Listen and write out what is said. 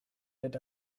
that